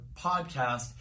podcast